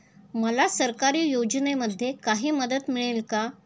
मला सरकारी योजनेमध्ये काही मदत मिळेल का?